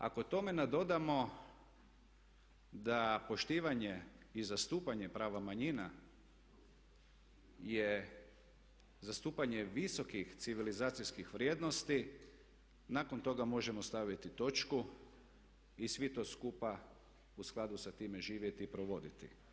Ako tome nadodamo da poštivanje i zastupanje prava manjina je zastupanje visokih civilizacijskih vrijednosti nakon toga možemo staviti točku i svi to skupa u skladu sa time živjeti i provoditi.